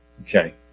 Okay